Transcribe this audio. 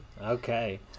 okay